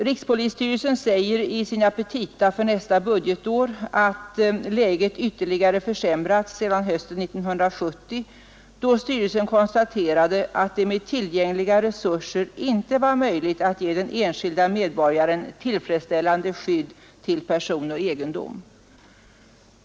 Rikspolisstyrelsen säger i sina petita för nästa budgetår att läget ytterligare har försämrats sedan hösten 1970, då styrelsen konstaterade att det med tillgängliga resurser inte var möjligt att ge den enskilde medborgaren ett tillfredsställande skydd till person och egendom.